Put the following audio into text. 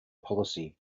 policy